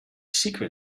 secret